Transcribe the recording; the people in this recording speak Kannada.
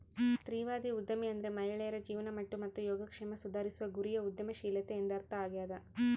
ಸ್ತ್ರೀವಾದಿ ಉದ್ಯಮಿ ಅಂದ್ರೆ ಮಹಿಳೆಯರ ಜೀವನಮಟ್ಟ ಮತ್ತು ಯೋಗಕ್ಷೇಮ ಸುಧಾರಿಸುವ ಗುರಿಯ ಉದ್ಯಮಶೀಲತೆ ಎಂದರ್ಥ ಆಗ್ಯಾದ